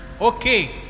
okay